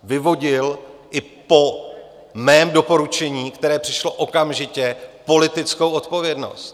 Vyvodil i po mém doporučení, které přišlo okamžitě, politickou odpovědnost.